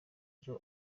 byo